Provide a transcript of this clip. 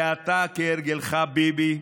ואתה כהרגלך, ביבי,